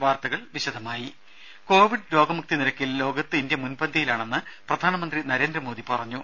വാർത്തകൾ വിശദമായി കോവിഡ് രോഗമുക്തി നിരക്കിൽ ലോകത്ത് ഇന്ത്യ മുൻപന്തിയിലാണെന്ന് പ്രധാനമന്ത്രി നരേന്ദ്രമോദി പറഞ്ഞു